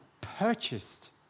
purchased